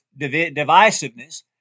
divisiveness